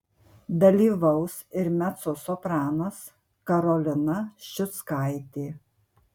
dalyvaus ir mecosopranas karolina ščiuckaitė